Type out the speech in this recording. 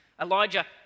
Elijah